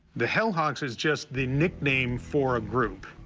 the hell hawks is just the nickname for a group.